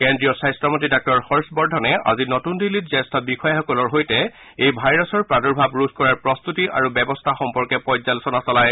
কেন্দ্ৰীয় স্বাস্থ্য মন্ত্ৰী ডাঃ হৰ্ষবৰ্ধনে আজি নতুন দিল্লীত জ্যেষ্ঠ বিষয়াসকলৰ সৈতে এই ভাইৰাছৰ প্ৰাদূৰ্ভাৱ ৰোধ কৰাৰ প্ৰস্তুতি আৰু ব্যৱস্থা সম্পৰ্কে পৰ্যালোচনা চলায়